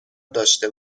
داشته